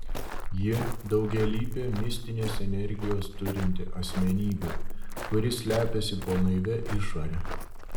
ji daugialypė mistinės energijos turinti asmenybė kuri slepiasi po naivia išore